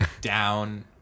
down